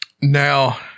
Now